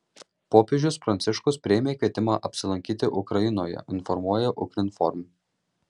popiežius pranciškus priėmė kvietimą apsilankyti ukrainoje informuoja ukrinform